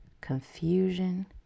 confusion